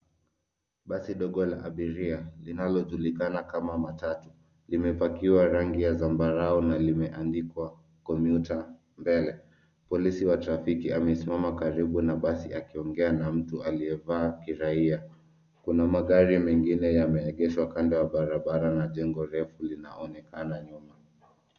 Basi ndogo abiria linalojulikana kama matatu limepakiwa rangi ya zambarau na limeandikwa, commuter, mbele. Polisi wa trafiki amesimama karibu na basi akiongea na mtu aliyevaa kiraia. Kuna magari mengine yameegeshwa kando ya barabara na jengo refu linaonekana nyuma.